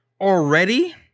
already